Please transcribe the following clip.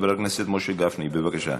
חבר הכנסת משה גפני, בבקשה.